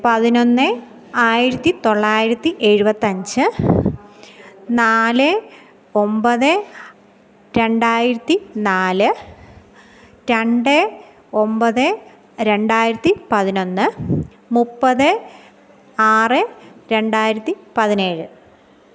പതിനൊന്ന് ആയിരത്തി തൊള്ളായിരത്തി എഴുപത്തിയഞ്ച് നാല് ഒന്പത് രണ്ടായിരത്തി നാല് രണ്ട് ഒമ്പത് രണ്ടായിരത്തി പതിനൊന്ന് മുപ്പത് ആറ് രണ്ടായിരത്തി പതിനേഴ്